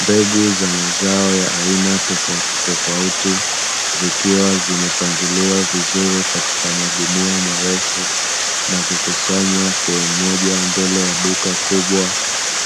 Mbegu za mazao ya aina tofautitofauti, zikiwa zimepangiliwa vizuri katika magunia marefu na kukusanywa sehemu moja mbele ya duka kubwa,